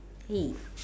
hey